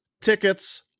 tickets